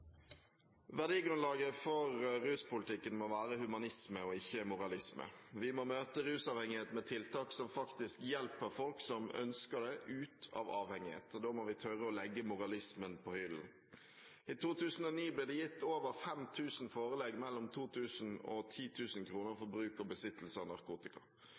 Verdigrunnlaget for ruspolitikken må være humanisme og ikke moralisme. Vi må møte rusavhengighet med tiltak som faktisk hjelper folk som ønsker det, ut av avhengighet. Da må vi tørre å legge moralismen på hyllen. I 2009 ble det gitt over 5 000 forelegg på mellom 2 000 kr og 10 000 kr for bruk og besittelse av narkotika.